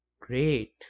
great